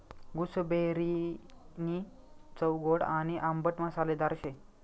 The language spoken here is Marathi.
गूसबेरीनी चव गोड आणि आंबट मसालेदार शे